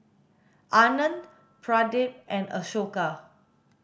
Anand Pradip and Ashoka